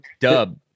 Dub